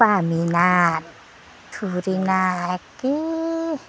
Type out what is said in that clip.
बामि ना थुरि ना एखे